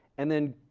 and then